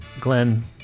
Glenn